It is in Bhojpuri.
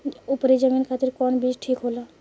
उपरी जमीन खातिर कौन बीज ठीक होला?